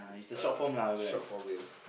uh short form yes